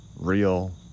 real